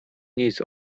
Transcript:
nic